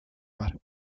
mar